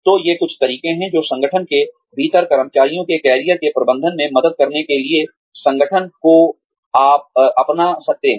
तो ये कुछ तरीके हैं जो संगठनों के भीतर कर्मचारियों के करियर के प्रबंधन में मदद करने के लिए संगठनों को अपना सकते हैं